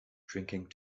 drinking